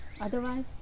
otherwise